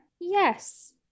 Yes